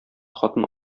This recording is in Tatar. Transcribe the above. хатын